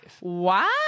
wow